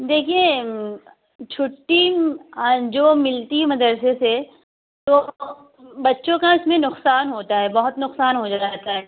دیکھیے چھٹّی جو ملتی مدرسے سے تو بچوں کا اُس میں نقصان ہوتا ہے بہت نقصان ہو جاتا ہے